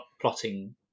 plotting